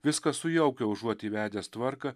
viską sujaukia užuot įvedęs tvarką